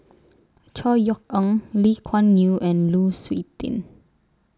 Chor Yeok Eng Lee Kuan Yew and Lu Suitin